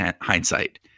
Hindsight